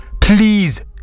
please